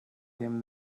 him